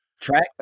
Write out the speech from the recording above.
track